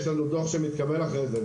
אנחנו מקבלים אחרי זה דוח.